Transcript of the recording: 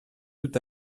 tout